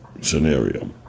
scenario